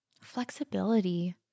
flexibility